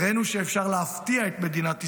ראינו שאפשר להפתיע את מדינת ישראל,